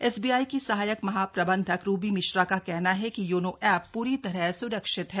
SBI की सहायक महाप्रबंधक रूबी मिश्रा का कहना है योनो ऐप पूरी तरह स्रक्षित है